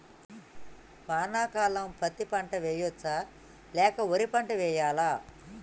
వానాకాలం పత్తి పంట వేయవచ్చ లేక వరి పంట వేయాలా?